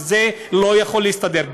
וזה לא יכול להסתדר.